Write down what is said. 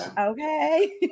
Okay